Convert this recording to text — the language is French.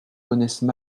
connaissent